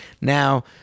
Now